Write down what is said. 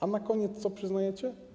A na koniec co przyznajecie?